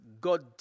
God